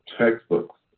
textbooks